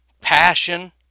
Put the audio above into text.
passion